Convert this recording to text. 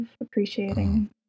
appreciating